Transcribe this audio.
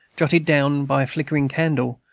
jotted down by a flickering candle,